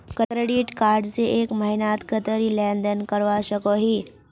Credit card से एक महीनात कतेरी लेन देन करवा सकोहो ही?